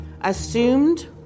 assumed